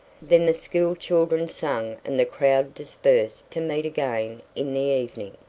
then the school children sang and the crowd dispersed to meet again in the evening.